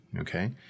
Okay